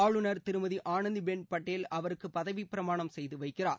ஆளுநர் திருமதி ஆனந்திபெள் பட்டேல் அவருக்கு பதவிப் பிரமாணம் செய்து வைக்கிறார்